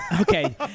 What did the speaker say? Okay